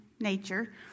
nature